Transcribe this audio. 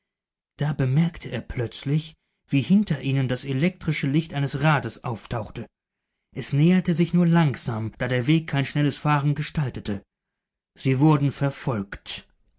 da bemerkte er plötzlich wie hinter ihnen das elektrische licht eines rades auftauchte es näherte sich nur langsam da der weg kein schnelles fahren gestaltete sie wurden verfolgt